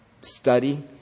study